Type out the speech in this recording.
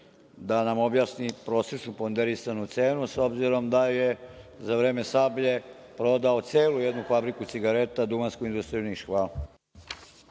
da nam objasni prosečnu ponderisanu cenu, s obzirom da je za vreme Sablje prodao celu jednu fabriku cigareta Duvanska industrija Niš. Hvala.